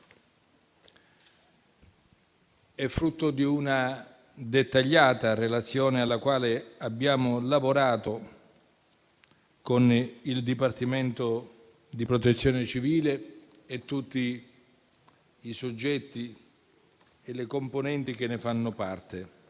è frutto di una dettagliata relazione, alla quale abbiamo lavorato con il Dipartimento di protezione civile e tutti i soggetti e le componenti che ne fanno parte.